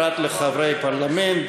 פרט לחברי פרלמנט,